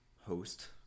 host